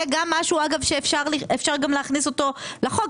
וזה גם משהו שאפשר להכניס לחוק.